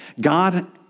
God